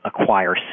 acquire